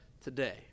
today